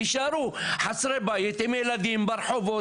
הם יישארו חסרי בית עם ילדים ברחובות,